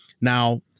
Now